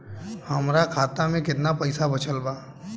हमरा खाता मे केतना पईसा बचल बा?